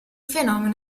fenomeno